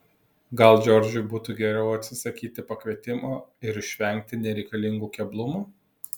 gal džordžui būtų geriau atsisakyti pakvietimo ir išvengti nereikalingų keblumų